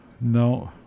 no